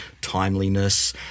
timeliness